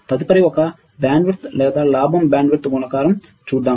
తదుపరి ఒక బ్యాండ్విడ్త్ లేదా లాభం బ్యాండ్విడ్త్ గుణకారం చూద్దాం